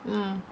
mm